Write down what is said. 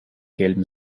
gelben